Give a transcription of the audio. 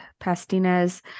Pastinez